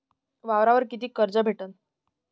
वावरावर कितीक कर्ज भेटन?